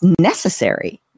necessary